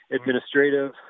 administrative